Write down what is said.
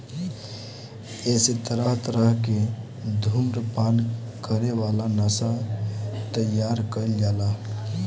एसे तरह तरह के धुम्रपान करे वाला नशा तइयार कईल जाला